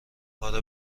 اره